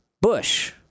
Bush